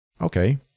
Okay